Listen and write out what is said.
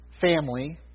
family